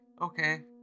okay